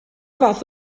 fath